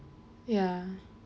ya